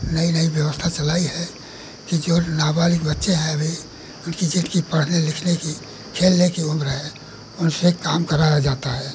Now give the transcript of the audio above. नई नई व्यवस्था चलाई है कि जो नाबालिग बच्चे हैं अभी उनकी ज़िन्दगी पढ़ने लिखने की खेलने की उम्र है और उनसे काम कराया जाता है